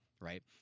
right